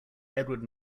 edward